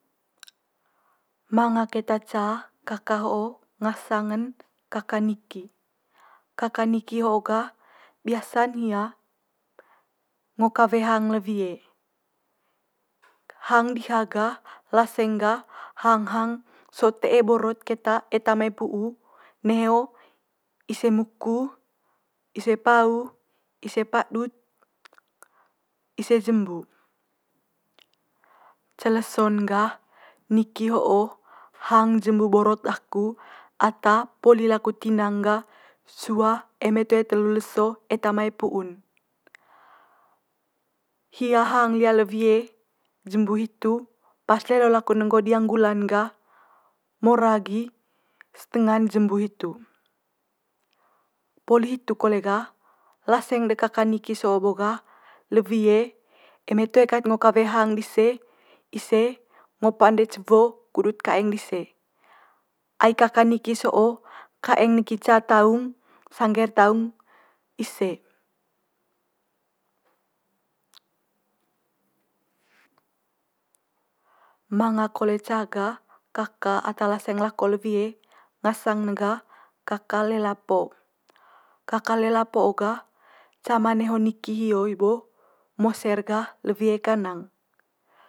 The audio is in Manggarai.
manga keta ca kaka ho'o ngasang'n kaka niki. Kaka niki ho'o gah biasa'n hia ngo kawe hang le wie. Hang diha gah laseng gah hang hang sot te'e borot keta eta mai pu'u nio, ise muku, ise pau, ise padut, ise jembu. Ce leso'n gah niki ho'o hang jembu borot daku ata poli laku tinang gah sua eme toe telu leso eta mai pu'un. Hia hang lia le wie jembu hitu, pas lelo laku ne nggo diang gula'n gah mora gi setenga'n jembu hitu. Poli hitu kole gah laseng de kaka niki so'o bo gah le wie eme toe kat ngo kawe hang dise, ise ngo pande cewo kudut kaeng dise. Ai kaka niki so'o kaeng neki ca taung sangge'r taung ise. Manga kole ca gah kaka ata laseng lako le wie ngasang'n gah kaka lelap po. Kaka lelap po gah cama neho niki hio i bo mose'r gah le wie kanang.